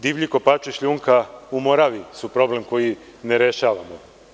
Divlji kopači šljunka u Moravi su problem koji ne rešavamo.